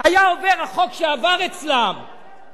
שלא צריך ללמוד לימודי ליבה בישיבות קטנות.